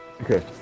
Okay